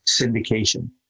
syndication